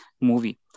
movie